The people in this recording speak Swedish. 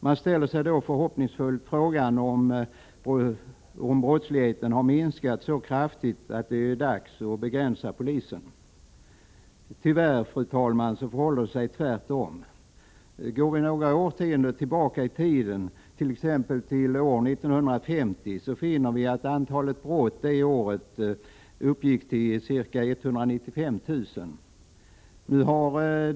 Man ställer sig då förhoppningsfullt frågan om brottsligheten har minskat så kraftigt att det är dags att begränsa polisen. Tyvärr, fru talman, förhåller det sig tvärtom. Går vi några årtionden tillbaka i tiden, t.ex. till år 1950, finner vi att antalet brott det året uppgick till ca 195 000.